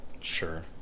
Sure